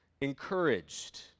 encouraged